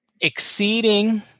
exceeding